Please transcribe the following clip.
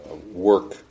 work